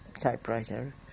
typewriter